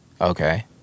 Okay